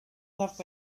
love